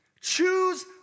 Choose